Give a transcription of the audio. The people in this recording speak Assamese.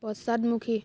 পশ্চাদমুখী